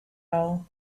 all